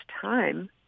time